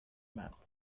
map